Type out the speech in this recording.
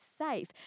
safe